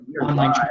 online